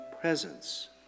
presence